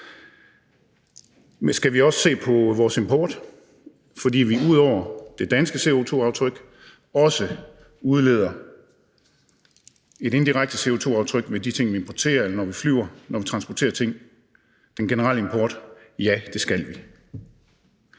pct. Skal vi også se på vores import, fordi vi ud over det danske CO2-aftryk også udleder et indirekte CO2-aftryk ved de ting, vi importerer, eller når vi flyver, og når vi transporterer ting, altså den generelle import? Ja, det skal vi.